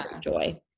joy